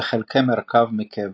וחלקי מרכב מקוולאר.